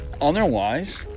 Otherwise